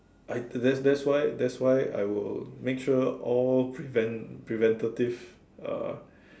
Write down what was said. I that's that's why that's why I will make sure all prevent~ preventative uh